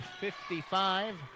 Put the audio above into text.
55